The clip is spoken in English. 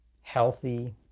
healthy